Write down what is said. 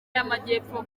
y’amajyepfo